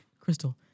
Crystal